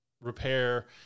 repair